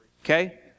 Okay